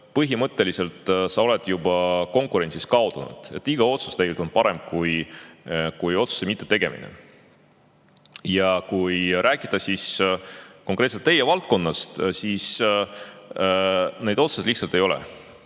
põhimõtteliselt konkurentsis kaotanud. Iga otsus tegelikult on parem, kui otsuse mittetegemine. Kui rääkida konkreetselt teie valdkonnast, siis neid otsuseid lihtsalt ei ole.